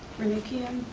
renee keehan.